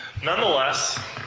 Nonetheless